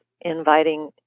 inviting